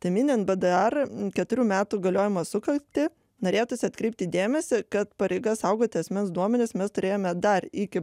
tai minint bdar keturių metų galiojimo sukaktį norėtųsi atkreipti dėmesį kad pareiga saugoti asmens duomenis mes turėjome dar iki